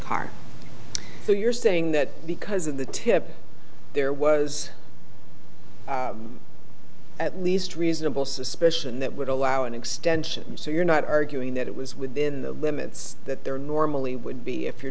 car so you're saying that because of the tip there was at least reasonable suspicion that would allow an extension so you're not arguing that it was within the limits that there normally would be if you're